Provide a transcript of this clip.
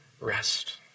rest